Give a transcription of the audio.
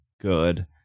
good